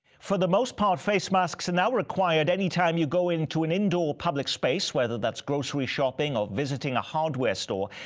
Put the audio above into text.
for the most part, face masks are and now required any time you go into an indoor public space, whether that's grocery shopping or visiting a hardware store.